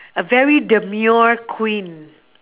a very demure queen